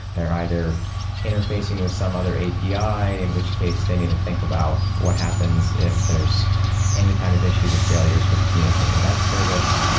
they're either interfacing with some other api, in which case they need to think about what happens if there's any kind of issues or failures with communicating with that service,